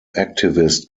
activist